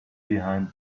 behind